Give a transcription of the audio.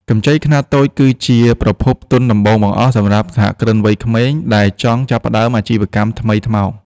កម្ចីខ្នាតតូចគឺជាប្រភពទុនដំបូងបង្អស់សម្រាប់សហគ្រិនវ័យក្មេងដែលចង់ចាប់ផ្ដើមអាជីវកម្មថ្មីថ្មោង។